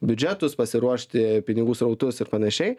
biudžetus pasiruošti pinigų srautus ir panašiai